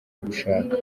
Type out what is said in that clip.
gushaka